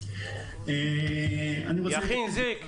יכין זיק.